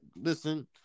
Listen